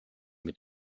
mit